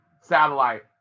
satellite